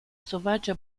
sovaĝa